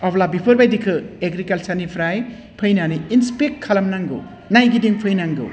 अब्ला बिफोरबायदिखो एग्रिकालसारनिफ्राय फैनानै इन्सपेकसन खालामनांगौ नायगिदिं फैनांगौ